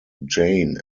jane